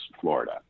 Florida